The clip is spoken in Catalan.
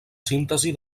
síntesi